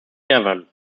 devon